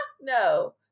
no